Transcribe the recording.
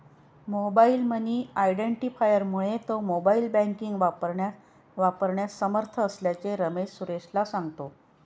mobile money आयडेंटिफायरमुळे तो mobile banking वापरण्यास समर्थ असल्याचे रमेश सुरेशला सांगतो